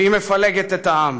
והיא מפלגת את העם,